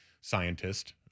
scientist